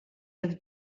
have